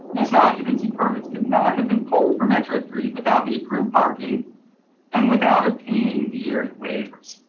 it's not occupancy permits could not have been pulled from metro three without the approved parking and without a paying the year waivers.